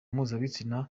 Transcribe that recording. mpuzabitsina